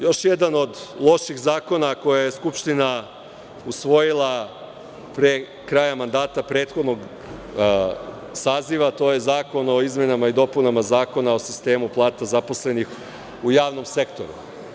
Još jedan od loših zakona koje je Skupština usvojila krajem mandata prethodnog saziva, to je Zakon o izmenama i dopunama Zakona o sistemu plata zaposlenih u javnom sektoru.